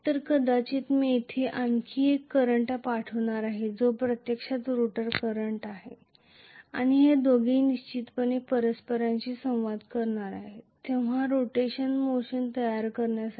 तर कदाचित मी येथे आणखी एक करंट पाठवणार आहे जो प्रत्यक्षात रोटर करंट आहे आणि हे दोघेही निश्चितपणे परस्परांशी संवाद साधणार आहेत शेवटी रोटेशन मोशन तयार करण्यासाठी